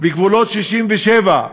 בגבולות 67'